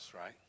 right